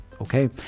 okay